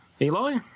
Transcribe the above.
Eli